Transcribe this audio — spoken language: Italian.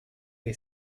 che